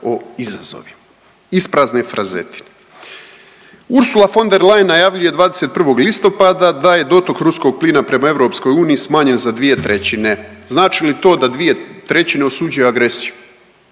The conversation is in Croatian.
o izazovima. Isprazne frazetine. Ursula von der Leyen najavljuje 21. listopada da je dotok ruskog plina prema EU smanjen za 2/3. Znači li to da 2/3 osuđuje agresiju?